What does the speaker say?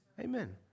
Amen